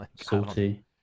Salty